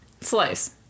Slice